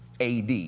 AD